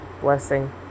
blessing